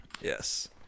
Yes